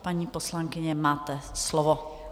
Paní poslankyně, máte slovo.